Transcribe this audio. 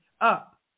up